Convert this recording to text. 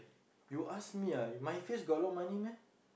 you ask me ah my face got a lot money meh